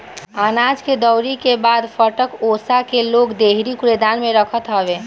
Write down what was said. अनाज के दवरी के बाद फटक ओसा के लोग डेहरी कुंडा में रखत हवे